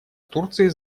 турции